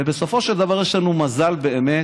בסופו של דבר יש לנו מזל באמת